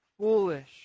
Foolish